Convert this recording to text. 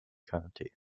county